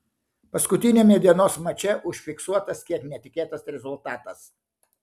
paskutiniame dienos mače užfiksuotas kiek netikėtas rezultatas